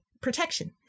protection